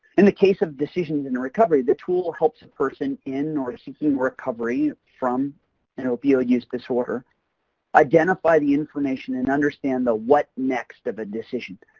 in the case of decisions in recovery, the tool helps a person in or seeking recovery from an opioid use disorder identify the information and understand the what next? of a decision.